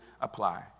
apply